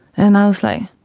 and i was like,